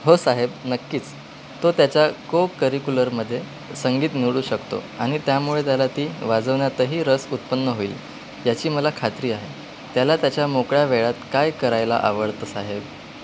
हो साहेब नक्कीच तो त्याच्या को करिक्युलरमध्ये संगीत निवडू शकतो आणि त्यामुळे त्याला ती वाजवण्यातही रस उत्पन्न होईल याची मला खात्री आहे त्याला त्याच्या मोकळ्या वेळात काय करायला आवडतं साहेब